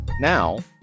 Now